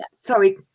sorry